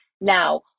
Now